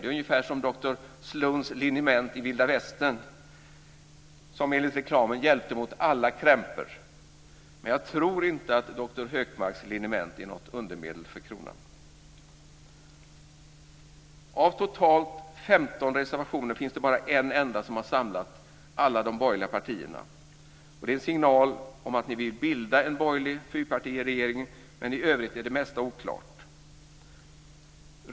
Det är ungefär som doktor Sloans liniment i vilda västern, som enligt reklamen hjälpte mot alla krämpor. Men jag tror inte att doktor Hökmarks liniment är något undermedel för kronan. Det är en signal om att ni vill bilda en borgerlig fyrpartiregering, men i övrigt är det mesta oklart.